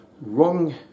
wrong